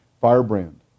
firebrand